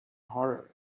horror